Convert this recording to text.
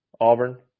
Auburn